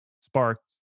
sparked